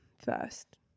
first